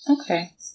Okay